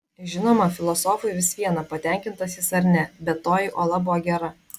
žinoma filosofui vis viena patenkintas jis ar ne bet toji ola buvo gera